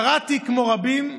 כמו רבים,